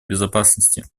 безопасности